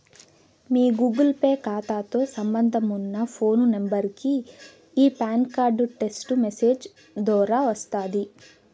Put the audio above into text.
మీ Google Pay కాతాతో సంబంధమున్న phone నెంబరికి ఈ పాస్వార్డు టెస్టు మెసేజ్ దోరా వస్తాది